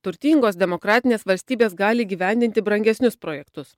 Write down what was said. turtingos demokratinės valstybės gali įgyvendinti brangesnius projektus